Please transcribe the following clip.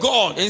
God